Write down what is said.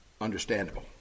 understandable